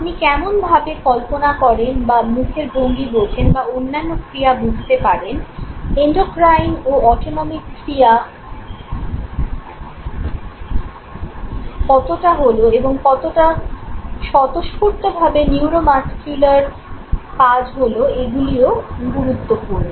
আপনি কেমন ভাবে কল্পনা করেন বা মুখের ভঙ্গি বোঝেন বা অন্যান্য ক্রিয়া বুঝতে পারেন এন্ডোক্রাইন ও অন্যান্য অটোনমিক ক্রিয়া কতটা হলো এবং কত স্বতঃস্ফূর্ত ভাবে নিউরোমাস্কিউলার কাজ হলো এগুলিও গুরুত্বপূর্ণ